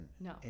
No